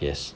yes